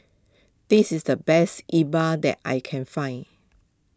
this is the best E Bua that I can find